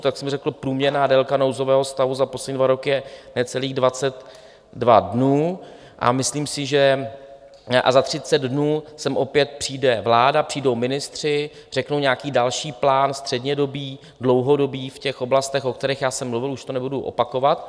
Jak jsem řekl, průměrná délka nouzového stavu za poslední dva roky je necelých 22 dnů, a myslím si, že za 30 dnů sem opět přijde vláda, přijdou ministři, řeknou nějaký další plán, střednědobý, dlouhodobý, v těch oblastech, o kterých já jsem mluvil, už to nebudu opakovat.